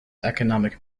economic